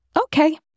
Okay